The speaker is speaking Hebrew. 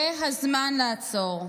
זה הזמן לעצור,